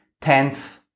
tenth